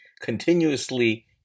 continuously